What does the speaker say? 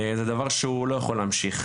זה דבר שהוא לא יכול להמשיך.